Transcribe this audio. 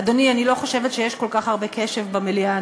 אדוני, אני לא חושבת שיש כל כך הרבה קשב במליאה.